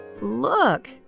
Look